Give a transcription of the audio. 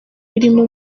birimo